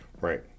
Right